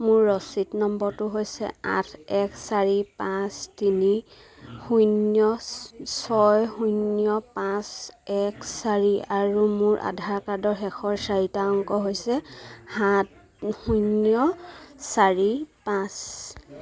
মোৰ ৰচিদ নম্বৰটো হৈছে আঠ এক চাৰি পাঁচ তিনি শূন্য ছয় শূন্য পাঁচ এক চাৰি আৰু মোৰ আধাৰ কাৰ্ডৰ শেষৰ চাৰিটা অংক হৈছে সাত শূন্য চাৰি পাঁচ